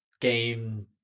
game